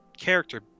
character